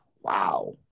wow